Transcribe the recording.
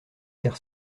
terre